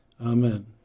Amen